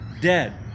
dead